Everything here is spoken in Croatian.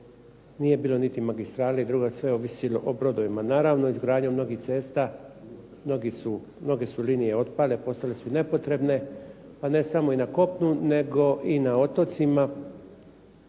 nije bilo niti magistrale i drugo je sve ovisilo o brodovima. Naravno, izgradnjom novih cesta mnoge su linije otpale postale su nepotrebne, a ne samo na kopnu nego i na otocima.